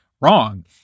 wrong